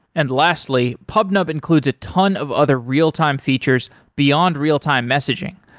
and lastly, pubnub includes a ton of other real-time features beyond real-time messaging,